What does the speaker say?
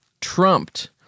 trumped